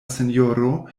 sinjoro